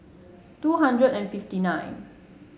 two hundred and fifty nine